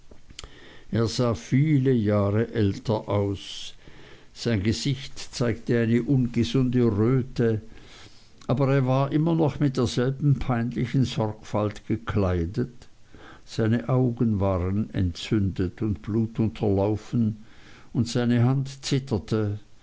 er sah viele jahre älter aus sein gesicht zeigte eine ungesunde röte aber er war immer noch mit derselben peinlichen sorgfalt gekleidet seine augen waren entzündet und blutunterlaufen und seine hand zitterte